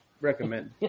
recommend